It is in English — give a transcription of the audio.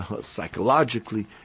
psychologically